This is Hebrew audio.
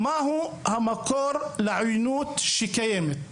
מהו המקור לעויינות הקיימת?